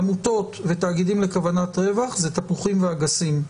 עמותות ותאגידים לכוונת רווח זה תפוחים ואגסים.